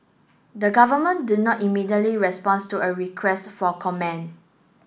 the government did not immediately responds to a request for comment